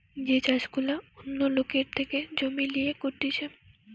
যে চাষ গুলা অন্য লোকের থেকে জমি লিয়ে করতিছে